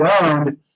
owned